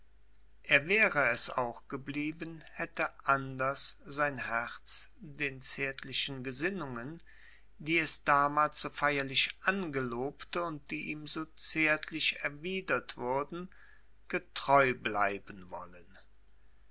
er wäre es auch geblieben hätte anders sein herz den zärtlichen gesinnungen die es damals so feierlich angelobte und die ihm so zärtlich erwidert wurden getreu bleiben wollen